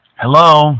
Hello